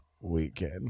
Weekend